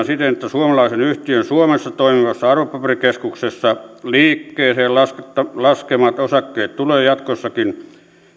siten että suomalaisen yhtiön suomessa toimivassa arvopaperikeskuksessa liikkeeseen laskemat osakkeet tulee jatkossakin